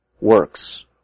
works